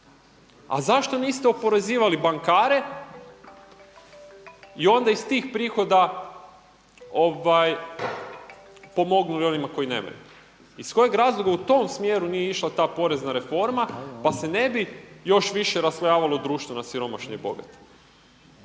a zašto niste oporezivali bankare i onda iz tih prihoda pomogli onima koji nemaju. Iz kojeg razloga u tom smjeru nije išla ta porezna reforma pa se ne bi još više raslojavalo društvo na siromašne i bogate?